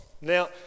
Now